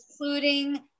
including